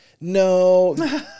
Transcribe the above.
No